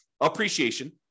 Appreciation